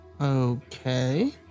Okay